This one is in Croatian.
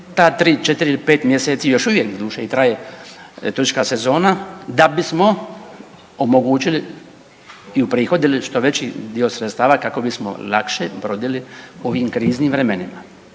ili pet mjeseci, još uvijek doduše i traje turistička sezona da bismo omogućili i uprihodili što veći dio sredstava kako bismo lakše prebrodili u ovim kriznim vremenima